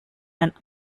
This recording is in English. and